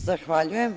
Zahvaljujem.